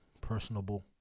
Personable